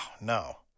no